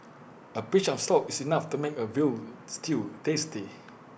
A pinch of salt is enough to make A Veal Stew tasty